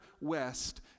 west